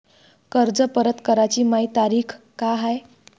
कर्ज परत कराची मायी तारीख का हाय?